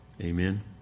Amen